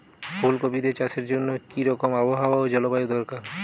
ফুল কপিতে চাষের জন্য কি রকম আবহাওয়া ও জলবায়ু দরকার?